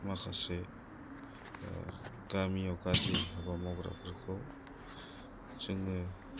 माखासे गामियाव गारजि हाबा मावग्राफोरखौ जोङो